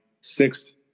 sixth